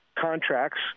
contracts